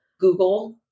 Google